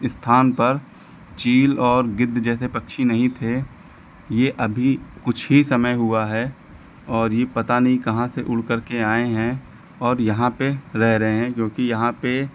स्थान पर चील और गिद्ध जैसे पक्षी नहीं थे यह अभी कुछ ही समय हुआ है और यह पता नहीं कहाँ से उड़ कर के आए हैं और यहाँ पर रह रहे हैं क्योंकि यहाँ पर